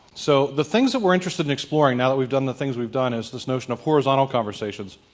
so the things that we're interested in exploring, now that we've done the things we've done, is this notion of horizontal conversations.